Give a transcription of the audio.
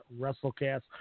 WrestleCast